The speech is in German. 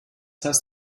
heißt